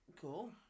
Cool